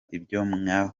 ibyo